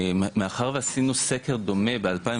מאחר ועשינו סקר דומה ב-2017,